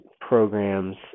programs